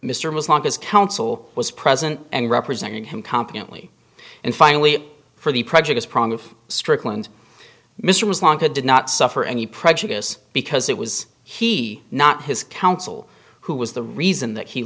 mr muslim his counsel was present and representing him competently and finally for the prejudiced prong of strickland mr was longer did not suffer any prejudice because it was he not his counsel who was the reason that he